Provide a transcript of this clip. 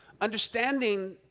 Understanding